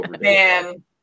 Man